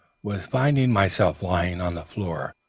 was finding myself lying on the floor,